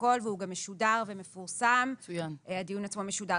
פרוטוקול והוא גם משודר ומפורסם והדיון עצמו משודר